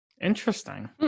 interesting